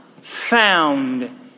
found